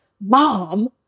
mom